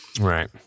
Right